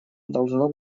должно